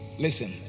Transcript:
Listen